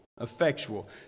effectual